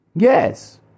Yes